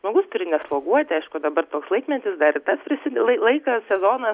žmogus turi nesloguoti aišku dabar toks laikmetis dar ir tas prisideda laikas sezonas